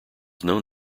known